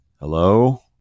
Hello